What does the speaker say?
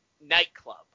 nightclub